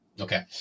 Okay